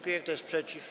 Kto jest przeciw?